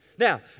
Now